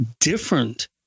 different